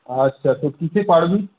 আচ্ছা তো কিসে পাড়বি